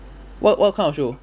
wha~ what kind of show